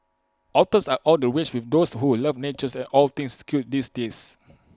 otters are all the rage with those who love nature and all things cute these days